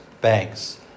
banks